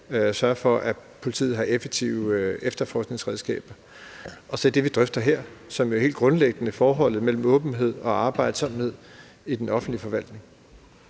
sørge for, at politiet har effektive efterforskningsredskaber, og så det, vi drøfter her, som jo helt grundlæggende er forholdet mellem åbenhed og arbejdet i den offentlige forvaltning.